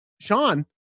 Sean